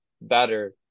better